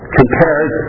compared